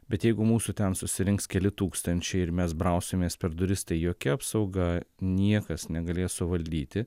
bet jeigu mūsų ten susirinks keli tūkstančiai ir mes brausimės per duris tai jokia apsauga niekas negalės suvaldyti